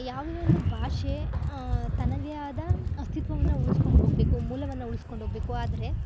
ಯಾವುದೆ ಒಂದು ಭಾಷೆ ತನ್ನದೆ ಆದ ಅಸ್ಥಿತ್ವವನ್ನು ಉಳಿಸ್ಕೊಂಡೋಗ್ಬೇಕು ಮೂಲವನ್ನು ಉಳಿಸ್ಕೊಂಡೋಗ್ಬೇಕು ಆದರೆ